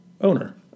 owner